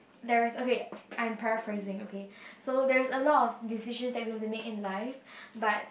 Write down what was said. there is okay I'm paraphrasing okay so there is a lot of decisions that we have to make in life but